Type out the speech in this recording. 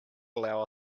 allow